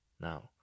Now